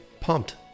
pumped